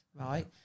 right